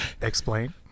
Explain